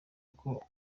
uko